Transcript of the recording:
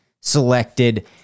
selected